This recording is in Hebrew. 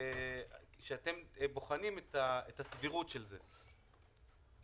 שאתם בוחנים את הסבירות של זה.